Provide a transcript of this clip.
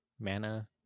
mana